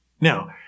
Now